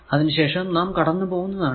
അതിനു ശേഷം നാം കടന്നു പോകുന്നതാണ്